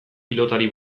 pilotari